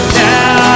now